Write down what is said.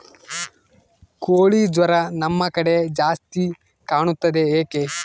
ಕೋಳಿ ಜ್ವರ ನಮ್ಮ ಕಡೆ ಜಾಸ್ತಿ ಕಾಣುತ್ತದೆ ಏಕೆ?